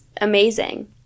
amazing